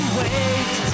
wait